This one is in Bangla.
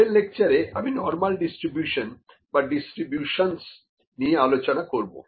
পরের লেকচারে আমি নরমাল ডিস্ট্রিবিউশন বা ডিস্ট্রিবিউশন্স নিয়ে আলোচনা করবো